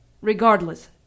Regardless